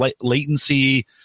latency